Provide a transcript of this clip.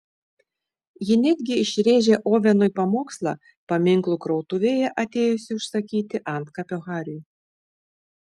ji netgi išrėžė ovenui pamokslą paminklų krautuvėje atėjusi užsakyti antkapio hariui